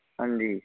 ਹਾਂਜੀ